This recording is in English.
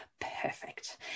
Perfect